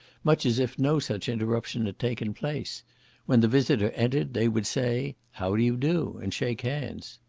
much as if no such interruption had taken place when the visitor entered, they would say, how do you do? and shake hands.